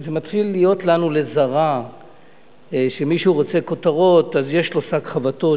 זה מתחיל להיות לנו לזרא שכשמישהו רוצה כותרות אז יש לו שק חבטות,